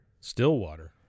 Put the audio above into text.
Stillwater